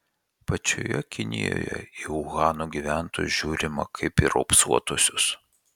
pačioje kinijoje į uhano gyventojus žiūrima kaip į raupsuotuosius